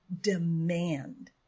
demand